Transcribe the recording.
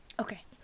Okay